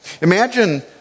Imagine